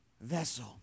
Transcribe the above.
vessel